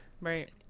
Right